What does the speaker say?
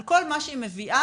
על כל מה שהיא מביאה,